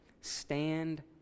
Stand